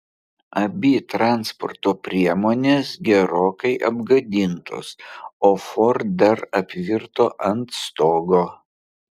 abi transporto priemonės gerokai apgadintos o ford dar apvirto ant stogo